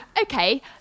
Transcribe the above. okay